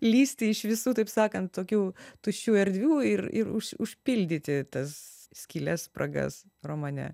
lįsti iš visų taip sakant tokių tuščių erdvių ir ir už užpildyti tas skyles spragas romane